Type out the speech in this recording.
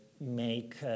make